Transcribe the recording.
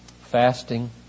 fasting